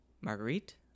Marguerite